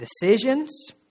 decisions